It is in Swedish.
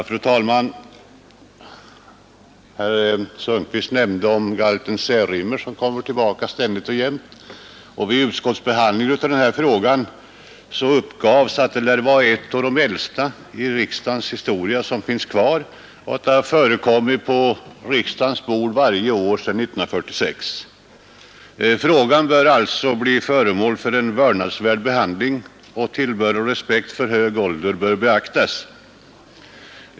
Fru talman! Herr Sundkvist nämnde galten Särimner, som ständigt kom tillbaka. Vid utskottsbehandlingen av denna fråga uppgavs att den lär vara en av de äldsta i riksdagens historia — den har varit uppe till behandling i riksdagen sedan 1947. Frågan bör alltså bli föremål för en vördnadsfull behandling, och tillbörlig respekt för den höga åldern bör visas.